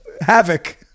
havoc